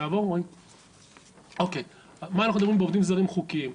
על מה אנחנו מדברים בעובדים זרים חוקיים?